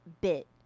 bit